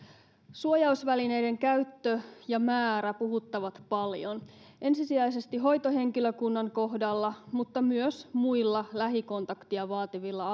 suojausvälineiden käyttö ja määrä puhuttavat paljon ensisijaisesti hoitohenkilökunnan kohdalla mutta myös muilla lähikontaktia vaativilla